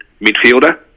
midfielder